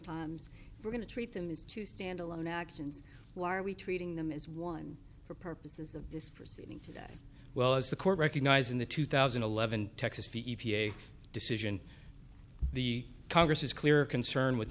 times we're going to treat them as two standalone actions why are we treating them as one for purposes of this proceeding today well as the court recognized in the two thousand and eleven texas fee e p a decision the congress is clear concerned with